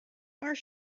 are